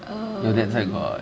your dad side got